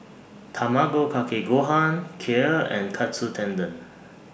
Tamago Kake Gohan Kheer and Katsu Tendon